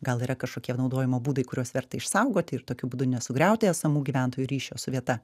gal yra kažkokie naudojimo būdai kuriuos verta išsaugoti ir tokiu būdu nesugriauti esamų gyventojų ryšio su vieta